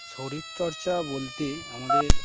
শরীরচর্চা বলতে আমাদের